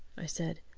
i said.